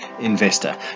investor